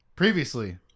Previously